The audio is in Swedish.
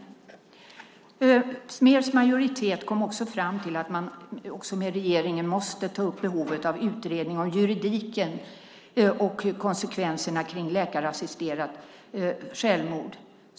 Smers majoritet kom fram till att man också med regeringen måste ta upp behovet av utredning av juridiken och konsekvenserna kring läkarassisterat självmord.